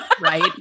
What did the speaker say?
right